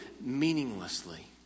meaninglessly